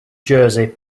jersey